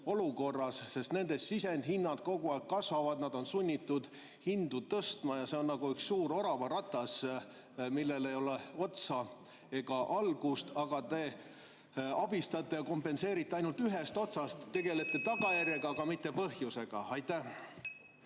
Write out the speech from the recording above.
olukorras? Nende sisendhinnad kogu aeg kasvavad, nad on sunnitud hindu tõstma. See on nagu üks suur oravaratas, millel ei ole otsa ega algust. Aga te abistate ja kompenseerite ainult ühest otsast, tegelete tagajärjega, mitte põhjusega. Aitäh!